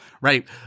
right